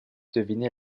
deviner